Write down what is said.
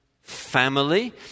family